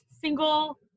single